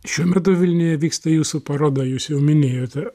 šiuo metu vilniuje vyksta jūsų paroda jūs jau minėjote